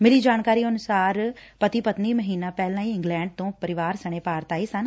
ਮਿਲੀ ਜਾਣਕਾਰੀ ਅਨੁਸਾਰ ਉਕਤ ਪਤੀ ਪਤਨੀ ਮਹੀਨਾ ਪਹਿਲਾਂ ਇੰਗਲੈਂਡ ਤੋ' ਪਰਿਵਾਰ ਸਣੇ ਭਾਰਤ ਆਏ ਸਨ